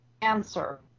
answer